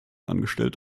angestellt